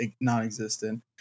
non-existent